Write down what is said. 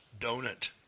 donut